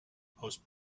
post